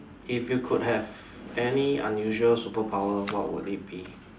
if you could have any unusual superpower what would it be